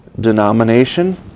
denomination